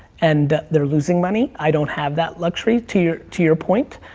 and they're losing money, i don't have that luxury, to your to your point.